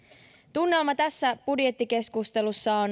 tunnelma tässä budjettikeskustelussa